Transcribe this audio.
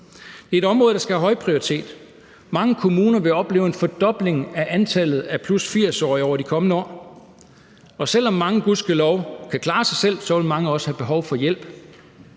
Det er et område, der skal have højprioritet. Mange kommuner vil opleve en fordobling af antallet af 80+-årige over de kommende år, og selv om mange gudskelov kan klare sig selv, vil mange også have behov for hjælp.